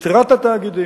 יתרת התאגידים,